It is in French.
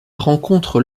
rencontre